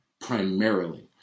primarily